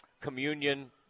communion